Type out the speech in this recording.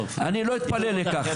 אני לא אתפלא על כך.